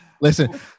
Listen